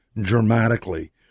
dramatically